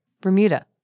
bermuda